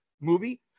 movie